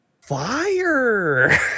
fire